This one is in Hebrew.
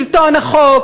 שלטון החוק,